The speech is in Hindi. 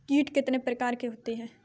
कीट कितने प्रकार के होते हैं?